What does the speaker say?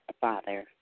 father